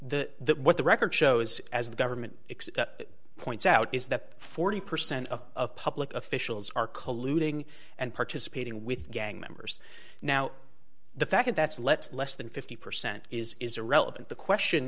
the what the record shows as the government points out is that forty percent of public officials are colluding and participating with gang members now the fact that's let's less than fifty percent is is irrelevant the question